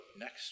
next